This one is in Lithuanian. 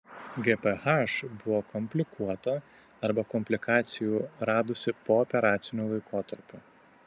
gph buvo komplikuota arba komplikacijų radosi pooperaciniu laikotarpiu